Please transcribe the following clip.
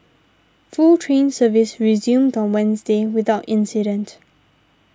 full train service resumed on Wednesday without incident